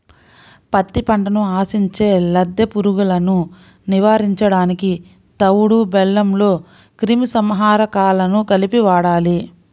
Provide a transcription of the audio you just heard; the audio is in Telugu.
పత్తి పంటను ఆశించే లద్దె పురుగులను నివారించడానికి తవుడు బెల్లంలో క్రిమి సంహారకాలను కలిపి వాడాలి